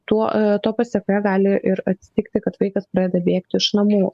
tuo to pasekmė gali ir atsitikti kad vaikas pradeda bėgti iš namų